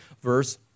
verse